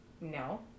No